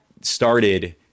started